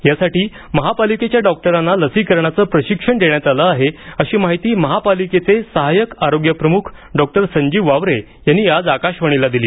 यासाठी महापालिकेच्या डॉक्टरांना लसीकरणाचं प्रशिक्षण देण्यात आलं आहे अशी माहिती महापालिकेचे साहाय्यक आरोग्यप्रमुख डॉक्टर संजीव वावरे यांनी आज आकाशवाणीला दिली